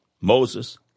Moses